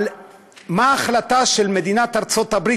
על מה ההחלטה של מדינת ארצות-הברית,